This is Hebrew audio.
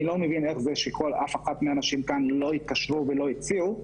אני לא מבין איך זה שאף אחת מהנשים כאן לא התקשרו ולא הציעו,